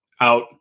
out